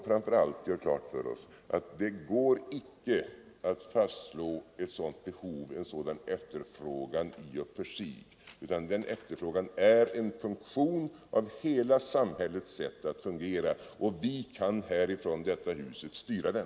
Framför allt måste vi göra klart för oss att det icke går att fastställa ett sådant behov eller en sådan efterfrågan i och för sig — den efterfrågan är en funktion av hela samhällets sätt att fungera, och vi kan härifrån detta hus styra den.